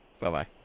Bye-bye